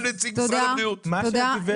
תודה, תודה.